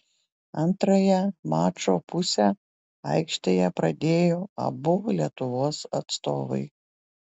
antrąją mačo pusę aikštėje pradėjo abu lietuvos atstovai